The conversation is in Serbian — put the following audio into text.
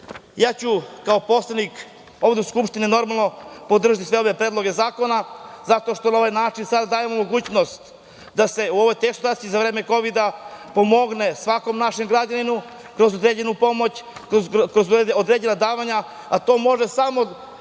deci. Kao poslanik ovde u Skupštini, ja ću podržati sve ove predloge zakona, zato što na ovaj način sada dajemo mogućnost da se u ovoj teškoj situaciji za vreme kovida pomogne svakom našem građaninu kroz određenu pomoć, kroz određena davanja, a to može samo